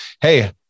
Hey